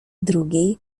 drugiej